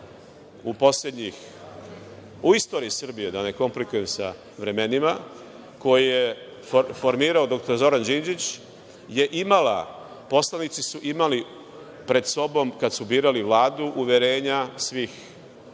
Vlada u istoriji Srbije, da ne komplikujem sa vremenima, koju je formirao dr Zoran Đinđić, poslanici su imali pred sobom kada su birali Vladu uverenja svih